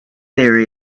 there